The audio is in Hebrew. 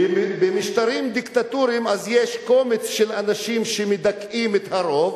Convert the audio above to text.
במשטרים דיקטטוריים יש קומץ של אנשים שמדכאים את הרוב,